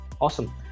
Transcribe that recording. awesome